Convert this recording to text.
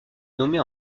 nommée